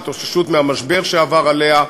של התאוששות מהמשבר שעבר עליה,